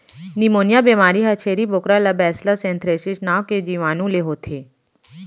pneumonia बेमारी ह छेरी बोकरा ला बैसिलस एंथ्रेसिस नांव के जीवानु ले होथे